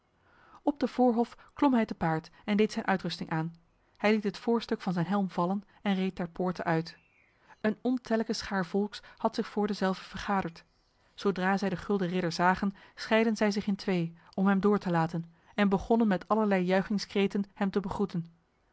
op de voorhof klom hij te paard en deed zijn uitrusting aan hij liet het voorstuk van zijn helm vallen en reed ter poorte uit een ontellijke schaar volks had zich voor dezelve vergaderd zodra zij de gulden ridder zagen scheidden zij zich in twee om hem door te laten en begonnen met allerlei juichingskreten hem te begroeten